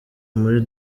muri